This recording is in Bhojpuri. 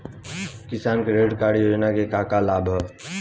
किसान क्रेडिट कार्ड योजना के का का लाभ ह?